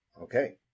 Okay